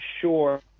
sure